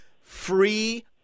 free